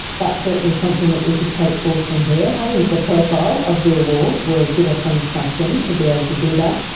that's certainly something that we could take forward from here. having the profile of the award will give us some traction to be able to do that.